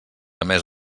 emés